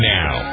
now